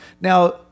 Now